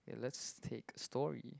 let's take story